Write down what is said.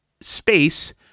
space